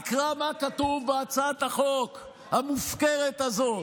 תקרא מה כתוב בהצעת החוק המופקרת הזאת,